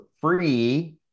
free